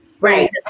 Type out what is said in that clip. Right